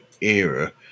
era